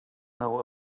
know